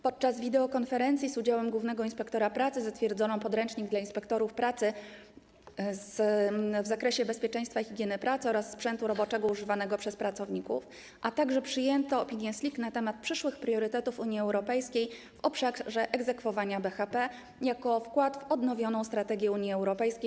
Podczas wideokonferencji z udziałem głównego inspektora pracy zatwierdzono podręcznik do celów szkolenia inspektorów pracy w zakresie bezpieczeństwa i higieny pracy w odniesieniu do sprzętu roboczego używanego przez pracowników, a także przyjęto opinię SLIC na temat przyszłych priorytetów Unii Europejskiej w obszarze egzekwowania BHP oraz wkładu w odnowioną strategię Unii Europejskiej